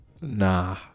Nah